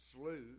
slew